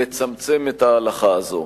לצמצם את ההלכה הזו.